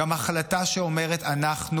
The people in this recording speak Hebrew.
גם החלטה שאומרת: אנחנו